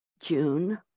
June